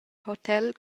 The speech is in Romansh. hotel